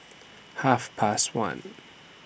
Half Past one